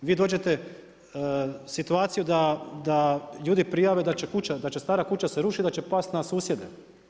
Vi dođete u situaciju da ljudi prijave da će stara kuća se rušiti, da će pasti na susjede.